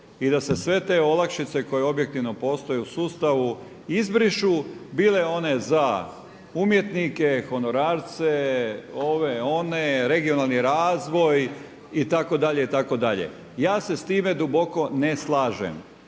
i da se sve te olakšice koje objektivno postoje u sustavu izbrišu bile one za umjetnike, honorarce, ove, one, regionalni razvoj itd., itd. ja se s time duboko ne slažem.